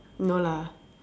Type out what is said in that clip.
no lah